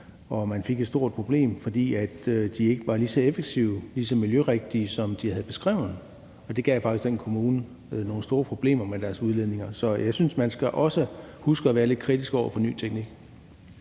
og man fik et stort problem, fordi de ikke var lige så effektive og lige så miljørigtige, som de havde beskrevet, og hvor det faktisk gav den kommune nogle store problemer med deres udledninger. Så jeg synes også, man skal huske at være lidt kritisk over for ny teknik.